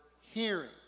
hearing